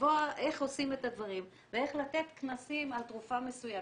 לקבוע איך עושים את הדברים ואיך לתת כנסים על תרופה מסוימת.